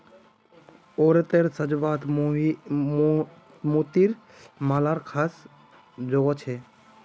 औरतेर साज्वात मोतिर मालार ख़ास जोगो छे